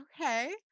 okay